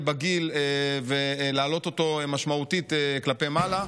בגיל ולהעלות אותו משמעותית כלפי מעלה,